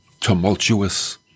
tumultuous